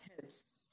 helps